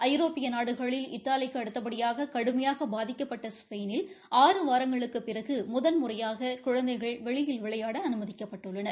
ஐரோப்பிய நாடுகளில் இத்தாலிக்கு அடுத்தபடியாக கடுமையாக பாதிக்கப்பட்ட ஸ்பெயினில் ஆறு வாரங்களுக்கு பிறகு முதன்முறையாக குழந்தைகள் வெளியில் விளையாட அனுமதிக்கப்பட்டுள்ளனர்